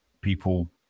people